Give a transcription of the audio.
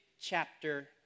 chapter